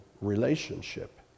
relationship